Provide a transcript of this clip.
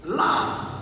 last